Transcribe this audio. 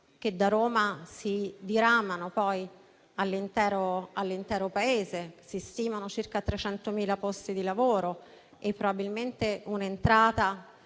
che da Roma si dirameranno poi all'intero Paese; si stimano circa 300.000 posti di lavoro e probabilmente proventi